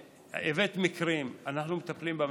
הבאת מקרים, אנחנו מטפלים במקרים,